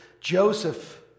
Joseph